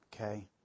okay